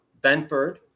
Benford